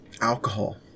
alcohol